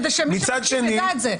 מצד שני,